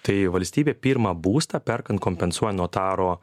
tai valstybė pirmą būstą perkant kompensuoja notaro